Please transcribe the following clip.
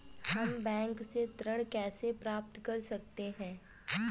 हम बैंक से ऋण कैसे प्राप्त कर सकते हैं?